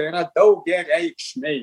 yra daugiareikšmiai